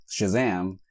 Shazam